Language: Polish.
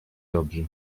dobrze